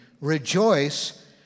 rejoice